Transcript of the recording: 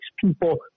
people